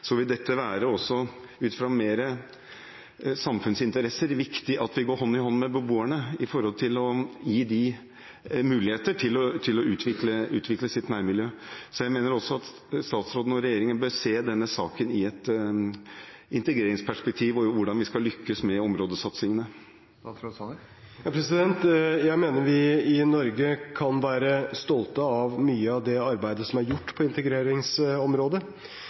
Så jeg mener også at statsråden og regjeringen bør se denne saken, hvordan vi skal lykkes med områdesatsingene, i et integreringsperspektiv. Jeg mener vi i Norge kan være stolte av mye av det arbeidet som er gjort på integreringsområdet.